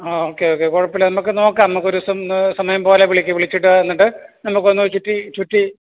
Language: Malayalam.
ആ ഒക്കെ ഒക്കെ കുഴപ്പമില്ല നമുക്ക് നോക്കാം നമുക്കൊരു ദിവസം സമയം പോലെ വിളിക്ക് വിളിച്ചിട്ട് എന്നിട്ട് നമുക്കൊന്ന് ചുറ്റി ചുറ്റി